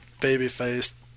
baby-faced